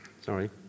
Sorry